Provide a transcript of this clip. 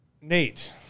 Nate